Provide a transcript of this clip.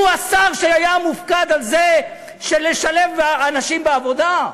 הוא השר שהיה מופקד על שילוב אנשים בעבודה,